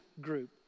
group